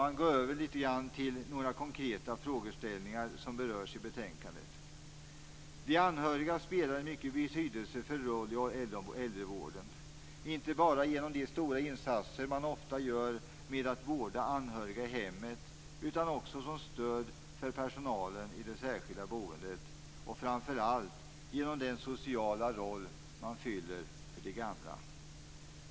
Jag vill nu litet grand gå in på några konkreta frågeställningar som berörs i betänkandet. De anhöriga spelar en mycket betydelsefull roll i äldrevården, inte bara genom de stora insatser man ofta gör med att vårda anhöriga i hemmet utan också som stöd för personalen i det särskilda boendet och framför allt genom den sociala roll man fyller för de gamla.